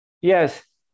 Yes